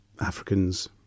Africans